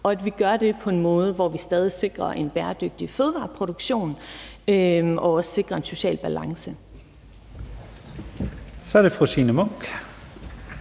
og at vi gør det på en måde, hvor vi stadig væk sikrer en bæredygtig fødevareproduktion og også sikrer en social balance. Kl. 12:23 Første